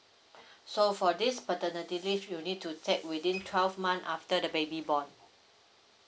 so for this paternity leave you need to take within twelve month after the baby born